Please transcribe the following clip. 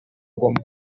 goma